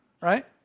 right